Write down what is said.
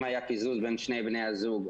אם היה קיזוז בין שני בני הזוג,